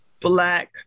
black